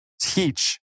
teach